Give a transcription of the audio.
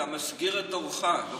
אתה מסגיר את דורך.